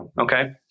okay